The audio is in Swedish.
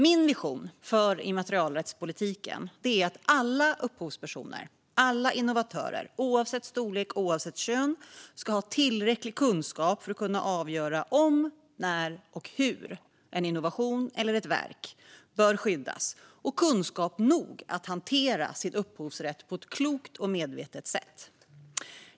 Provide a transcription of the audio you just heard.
Min vision för immaterialrättspolitiken är att alla upphovspersoner och innovatörer, oavsett storlek och oavsett kön, ska ha tillräcklig kunskap för att kunna avgöra om, när och hur en innovation eller ett verk bör skyddas och kunskap nog att hantera sin upphovsrätt på ett klokt och medvetet sätt.